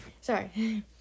sorry